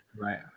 right